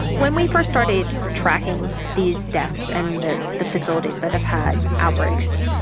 when we first started tracking these deaths, and the the facilities that have had outbreaks,